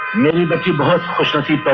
marriage procession.